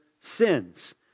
sins